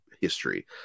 history